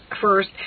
First